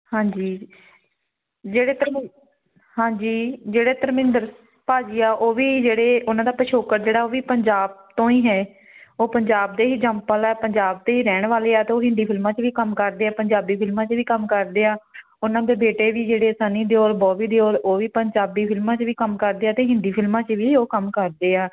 ਹਾਂਜੀ ਜਿਹੜੇ ਧਰਮਿੰ ਹਾਂਜੀ ਜਿਹੜੇ ਧਰਮਿੰਦਰ ਭਾਅ ਜੀ ਆ ਉਹ ਵੀ ਜਿਹੜੇ ਉਹਨਾਂ ਦਾ ਪਿਛੋਕੜ ਜਿਹੜਾ ਉਹ ਵੀ ਪੰਜਾਬ ਤੋਂ ਹੀ ਹੈ ਉਹ ਪੰਜਾਬ ਦੇ ਹੀ ਜੰਮਪਲ ਹੈ ਪੰਜਾਬ ਦੇ ਹੀ ਰਹਿਣ ਵਾਲੇ ਆ ਅਤੇ ਉਹ ਹਿੰਦੀ ਫਿਲਮਾਂ 'ਚ ਵੀ ਕੰਮ ਕਰਦੇ ਆ ਪੰਜਾਬੀ ਫਿਲਮਾਂ 'ਚ ਵੀ ਕੰਮ ਕਰਦੇ ਆ ਉਹਨਾਂ ਦੇ ਬੇਟੇ ਵੀ ਜਿਹੜੇ ਸੰਨੀ ਦਿਓਲ ਬੋਬੀ ਦਿਓਲ ਉਹ ਵੀ ਪੰਜਾਬੀ ਫਿਲਮਾਂ 'ਚ ਵੀ ਕੰਮ ਕਰਦੇ ਆ ਅਤੇ ਹਿੰਦੀ ਫਿਲਮਾਂ 'ਚ ਵੀ ਉਹ ਕੰਮ ਕਰਦੇ ਆ